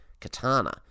Katana